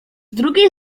drugiej